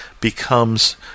becomes